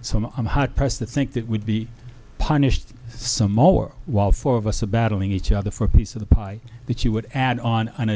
some i'm hard pressed to think that would be punished some more while four of us are battling each other for a piece of the pie that you would add on an